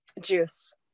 Juice